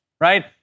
right